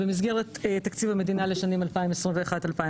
במסגרת תקציב המדינה לשנים 2021-2022,